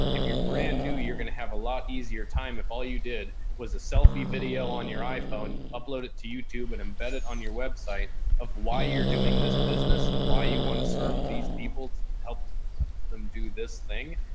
if you're brand new, you're going to have a lot easier time. if all you did was a selfie video on your iphone, upload it to youtube and embedded on your website of why you're doing this business and why you want to serve these people to to help some do this thing.